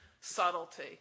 subtlety